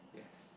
yes